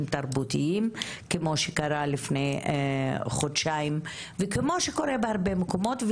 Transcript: תרבותיים כמו שקרה לפני חודשיים וכמו שקורה הרבה מקומות.